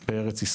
לפני חצי שנה,